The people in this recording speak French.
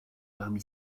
parmi